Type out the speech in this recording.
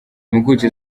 impuguke